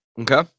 Okay